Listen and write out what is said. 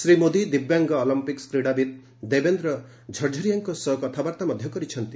ଶ୍ରୀ ମୋଦି ଦିବ୍ୟାଙ୍ଗ ଅଲମ୍ପିକ୍କ୍ନ କ୍ରୀଡ଼ାବିତ୍ ଦେବେନ୍ଦ୍ର ଝରଝରିଆଙ୍କ ସହ କଥାବାର୍ତ୍ତା ମଧ୍ୟ କରିଛନ୍ତି